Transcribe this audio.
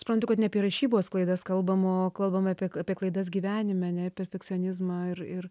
suprantu kad ne apie rašybos klaidas kalbam o kalbam apie apie klaidas gyvenime ane perfekcionizmą ir ir